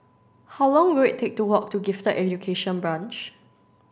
how long will take to walk to Gifted Education Branch